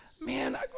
man